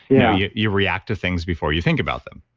yeah you react to things before you think about them.